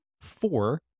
four